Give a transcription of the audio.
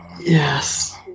Yes